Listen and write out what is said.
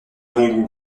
bon